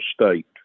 state